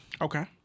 Okay